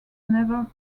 never